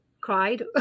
cried